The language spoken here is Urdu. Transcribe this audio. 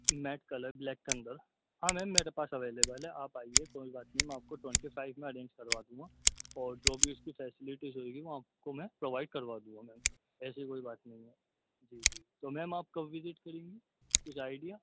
نیٹ کلر بلیک کے اندر ہاں میم میرے پاس اویلیبل ہے آپ آئیے کوئی بات نہیں میں آپ کو ٹونٹی فائیو میں ارینج کروا دوں گا اور جو بھی اس کی فیسیلٹیز ہوئے گی وہ آپ کو میں پرووائڈ کروا دوں گا میم ایسی کوئی بات نہیں ہے جی جی تو میم آپ کب وزٹ کریں گی کچھ آئیڈیا